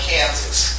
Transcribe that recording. Kansas